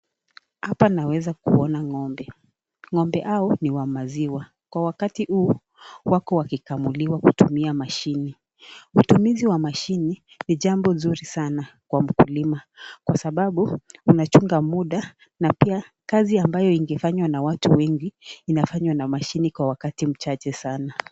Hapa naweza kuona ng'ombe ng'ombe hao ni wa maziwa kwa wakati huu wako wakikamuliwa kutumia mashine. Utumizi wa mashine ni jambo nzuri sana kwa mkulima kwa sababu unachunga muda na pia kazi ambayo ingefanywa na watu inafanywa na mshine kwa wakati mchache sana.